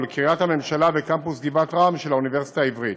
ולקריית הממשלה וקמפוס גבעת רם של האוניברסיטה העברית.